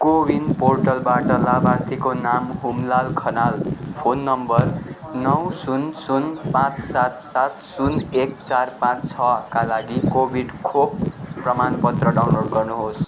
कोवीन पोर्टलबाट लाभार्थीको नाम हुमलाल खनाल फोन नम्बर नौ शून्य शून्य पाँच सात सात शून्य एक चार पाँच छ का लागि कोभिड खोप प्रमाणपत्र डाउनलोड गर्नुहोस्